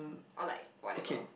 or like whatever